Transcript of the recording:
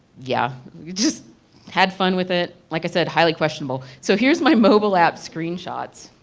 yeah, we just had fun with it, like i said, highly questionable. so here's my mobile app screen shot.